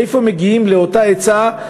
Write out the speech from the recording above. מאיפה מגיעים לאותה עצה,